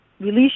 release